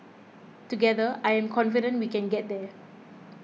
together I am confident we can get there